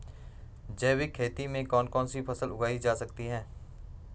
जैविक खेती में कौन कौन सी फसल उगाई जा सकती है?